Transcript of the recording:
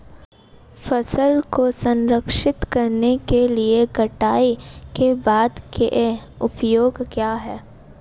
फसल को संरक्षित करने के लिए कटाई के बाद के उपाय क्या हैं?